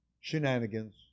shenanigans